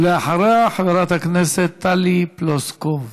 ואחריה, חברת הכנסת טלי פלוסקוב.